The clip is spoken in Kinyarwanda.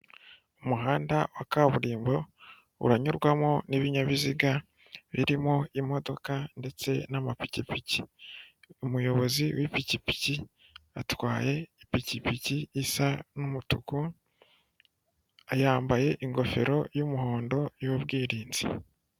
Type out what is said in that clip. Umuhanda wa kaburimbo uranyurwamo n'ibinyabiziga birimo imodoka ndetse n'amapikipiki umuyobozi w'ipikipiki atwaye ipikipiki isa n'umutuku yambaye ingofero y'umuhondo y'ubwirinzi.